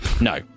no